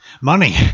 Money